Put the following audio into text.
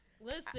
Listen